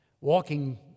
walking